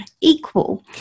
equal